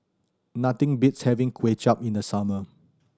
nothing beats having Kway Chap in the summer